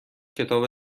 کتاب